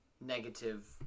negative